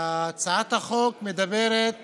הצעת החוק מדברת